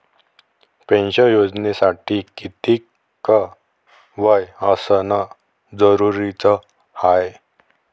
Pension योजनेसाठी कितीक वय असनं जरुरीच हाय?